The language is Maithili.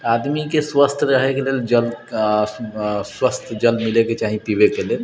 आदमीके स्वस्थ रहैके लेल जल स्वच्छ जल मिलैके चाही पिबैके लेल